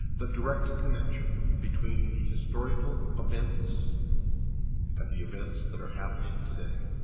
the direct connection between the historical events and the events that are happening today.